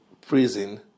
prison